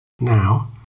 Now